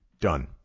Done